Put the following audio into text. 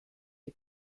die